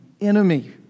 enemy